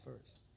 first